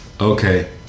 Okay